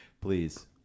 Please